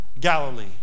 Galilee